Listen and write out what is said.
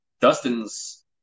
Dustin's